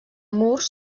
murs